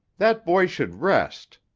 that boy should rest.